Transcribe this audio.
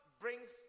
brings